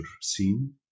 scene